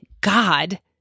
God